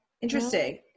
Interesting